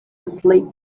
asleep